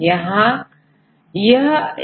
यह विकासवाद से संबंधित है से संबंधित है